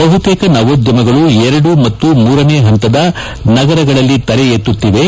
ಬಹುತೇಕ ನವೋದ್ಯಮಗಳು ಎರಡು ಮತ್ತು ಮೂರನೇ ಹಂತದ ನಗರಗಳಲ್ಲಿ ತಲೆ ಎತ್ತುತ್ತಿವೆ